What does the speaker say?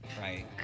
right